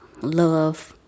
Love